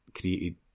created